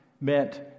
meant